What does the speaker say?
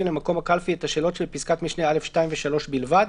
למקום הקלפי את השאלות של פסקת משנה (א)(2) ו-(3) בלבד.